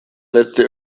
letzte